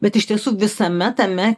bet iš tiesų visame tame